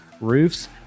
roofs